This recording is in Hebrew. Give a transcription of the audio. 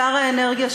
שר האנרגיה שטייניץ,